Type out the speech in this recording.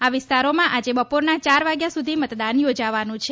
આ વિસ્તારોમાં આજે બપોરના ચાર વાગ્યા સુધી મતદાન યોજાવાનું છે